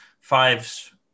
fives